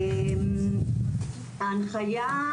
ההנחיה,